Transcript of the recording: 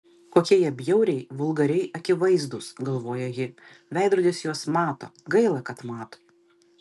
kokie jie bjauriai vulgariai akivaizdūs galvoja ji veidrodis juos mato gaila kad mato